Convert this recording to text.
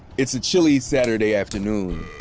it's a chilly saturday afternoon.